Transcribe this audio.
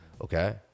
Okay